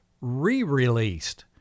re-released